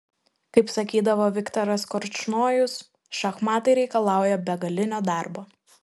kaip sakydavo viktoras korčnojus šachmatai reikalauja begalinio darbo